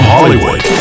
Hollywood